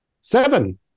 Seven